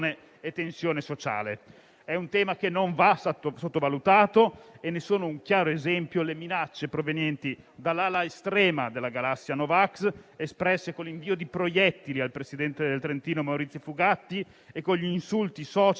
È un tema che non va sottovalutato e ne sono un chiaro esempio le minacce provenienti dall'ala estrema della galassia no vax, espresse con invio di proiettili al presidente del Trentino-Alto Adige, Maurizio Fugatti, e con gli insulti *social* al